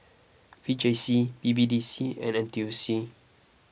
V J C B B D C and N T U C